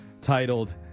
titled